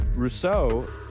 Rousseau